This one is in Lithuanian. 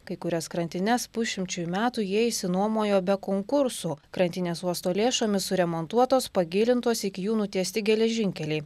kai kurias krantines pusšimčiui metų jie išsinuomojo be konkursų krantinės uosto lėšomis suremontuotos pagilintos iki jų nutiesti geležinkeliai